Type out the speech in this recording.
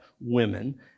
women